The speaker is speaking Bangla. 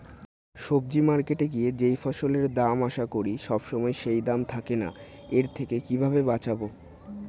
সবজি মার্কেটে গিয়ে যেই ফসলের দাম আশা করি সবসময় সেই দাম থাকে না এর থেকে কিভাবে বাঁচাবো?